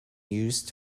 used